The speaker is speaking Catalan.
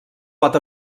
pot